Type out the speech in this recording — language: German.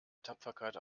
tapferkeit